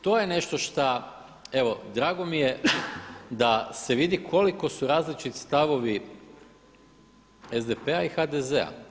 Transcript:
To je nešto šta, evo drago mi je da se vidi koliko su različiti stavovi SDP-a i HDZ-a.